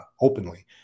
openly